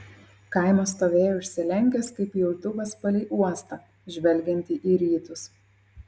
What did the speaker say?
kaimas stovėjo išsilenkęs kaip pjautuvas palei uostą žvelgiantį į rytus